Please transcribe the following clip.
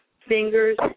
fingers